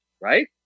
right